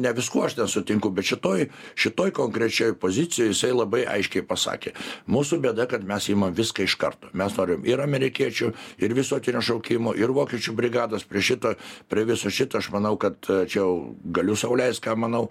ne viskuo aš ten sutinku bet šitoj šitoj konkrečioj pozicijoj jisai labai aiškiai pasakė mūsų bėda kad mes imam viską iš karto mes norim ir amerikiečių ir visuotinio šaukimo ir vokiečių brigados prie šito prie viso šito aš manau kad čia jau galiu sau leist ką manau